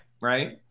right